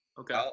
Okay